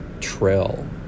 trail